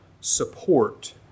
support